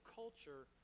culture